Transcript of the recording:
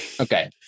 Okay